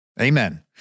Amen